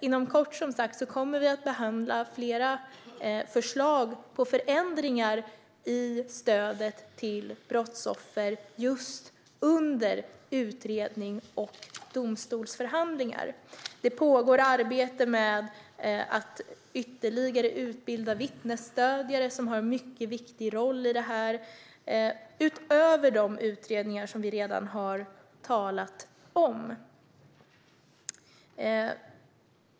Inom kort, som sagt, kommer vi att behandla flera förslag på förändringar i stödet till brottsoffer just under utredningar och domstolsförhandlingar. Det pågår arbete med att ytterligare utbilda vittnesstödjare, som har en mycket viktig roll i detta sammanhang. Detta är sådant som sker utöver de utredningar som vi redan har talat om.